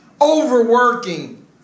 Overworking